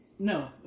No